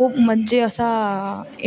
खूप म्हणजे असा